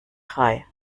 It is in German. drei